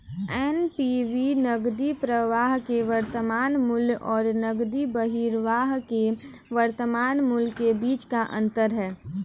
NPV नकदी प्रवाह के वर्तमान मूल्य और नकदी बहिर्वाह के वर्तमान मूल्य के बीच का अंतर है